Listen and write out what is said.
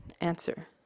Answer